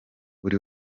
buri